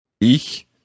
Ich